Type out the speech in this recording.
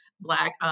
Black